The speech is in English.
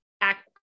act